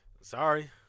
Sorry